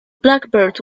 blackbird